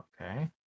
Okay